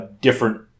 different